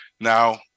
Now